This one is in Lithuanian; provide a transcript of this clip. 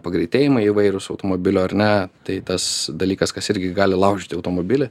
pagreitėjimai įvairūs automobilio ar ne tai tas dalykas kas irgi gali laužyti automobilį